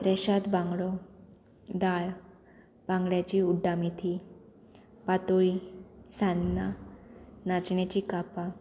रेशाद बांगडो दाळ बांगड्याची उड्डा मेथी पातोळी सान्नां नाचण्याची कापां